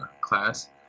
class